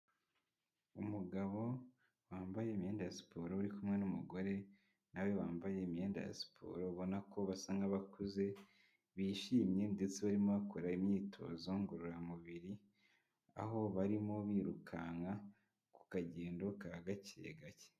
Umugabo wambaye imyenda ya siporo uri kumwe n'umugore na we wambaye imyenda ya siporo, ubona ko basa nk'abakuze bishimye ndetse barimo bakora imyitozo ngororamubiri, aho barimo birukanka ku kagendo ka gake gake.